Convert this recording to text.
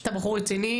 אתה בחור רציני,